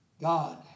God